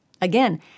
Again